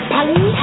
Polly